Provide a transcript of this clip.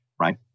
right